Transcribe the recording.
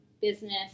business